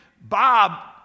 Bob